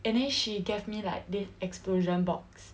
and then she gave me like this explosion box